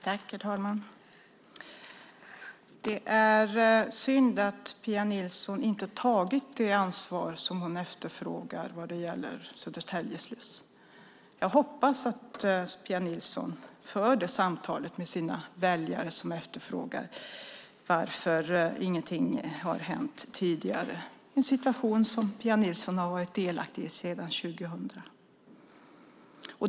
Herr talman! Det är synd att Pia Nilsson inte tagit det ansvar som hon efterfrågar vad gäller Södertälje sluss. Jag hoppas att Pia Nilsson för det samtalet med sina väljare som undrar varför ingenting har hänt tidigare - en situation som Pia Nilsson har varit delaktig i sedan 2000.